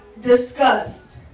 discussed